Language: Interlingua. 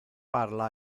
parla